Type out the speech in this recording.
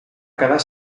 quedar